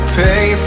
pay